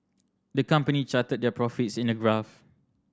the company charted their profits in a graph